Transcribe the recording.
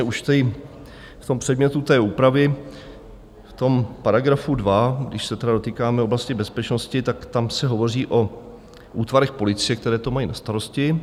Už v tom předmětu té úpravy, v tom § 2, když se dotýkáme oblasti bezpečnosti, tak tam se hovoří o útvarech policie, které to mají na starosti.